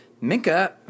Minka